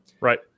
right